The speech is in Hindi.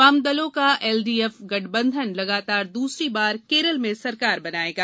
वामदलों का एलडीएफ गठबंधन लगातार दूसरी बार केरल में सरकार बनाएगा